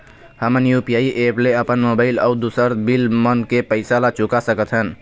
हमन UPI app ले अपन मोबाइल अऊ दूसर बिल मन के पैसा ला चुका सकथन